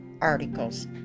articles